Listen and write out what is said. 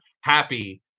happy